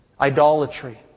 idolatry